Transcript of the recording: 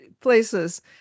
places